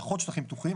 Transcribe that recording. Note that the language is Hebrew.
פחות שטחים פתוחים.